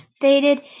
Faded